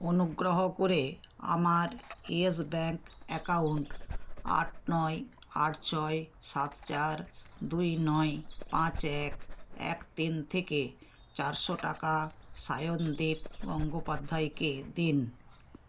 অনুগ্রহ করে আমার ইয়েস ব্যাংক অ্যাকাউন্ট আট নয় আট ছয় সাত চার দুই নয় পাঁচ এক এক তিন থেকে চারশো টাকা সায়নদীপ গঙ্গোপাধ্যায়কে দিন